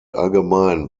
allgemein